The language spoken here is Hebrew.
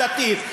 או דתית,